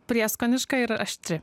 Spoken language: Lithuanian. prieskoniška ir aštri